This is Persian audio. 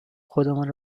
خودمان